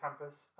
campus